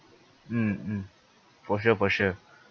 mm mm for sure for sure